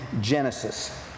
Genesis